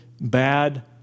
bad